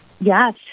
Yes